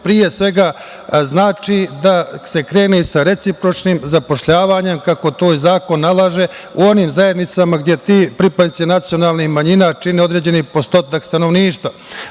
pre svega, znači da se krene sa recipročnim zapošljavanjem, kako to i zakon nalaže u onim zajednicama gde ti pripadnici nacionalnih manjina čine određeni postotak stanovništva,